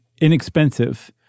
inexpensive